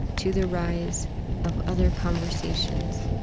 to the rise of other conversations.